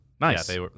Nice